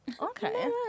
Okay